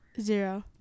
zero